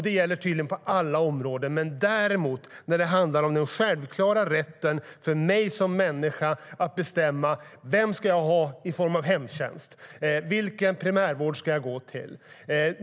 Det gäller tydligen på alla områden, men sedan är det fråga om den självklara rätten för mig som människa att bestämma vilken hemtjänst jag ska ha och vilken primärvårdsmottagning jag ska gå till.